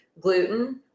gluten